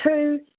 two